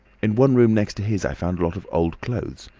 in one room next to his i found a lot of old clothes.